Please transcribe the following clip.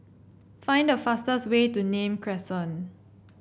find the fastest way to Nim Crescent